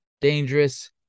dangerous